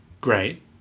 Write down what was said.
great